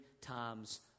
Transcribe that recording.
times